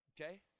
okay